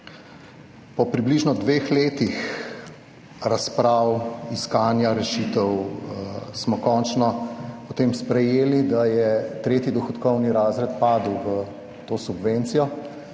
Po približno dveh letih razprav, iskanja rešitev, smo končno potem sprejeli, da je tretji dohodkovni razred padel v to subvencijo.